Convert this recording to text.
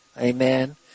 Amen